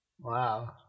Wow